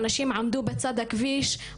אנשים עמדו בצד הכביש,